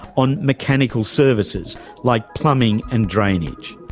on mechanical services like plumbing and drainage.